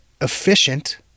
efficient